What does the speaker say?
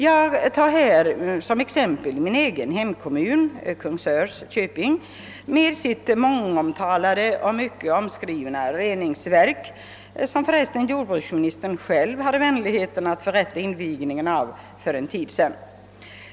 Som exempel vill jag nämna min egen hemkommun, Kungsörs köping, med dess mångomtalade och mycket omskrivna reningsverk, vilket förresten jordbruksministern själv hade vänligheten att inviga för en tid sedan.